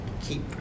keep